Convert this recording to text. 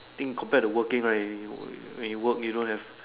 think compared to working right when you work you don't have